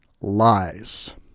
lies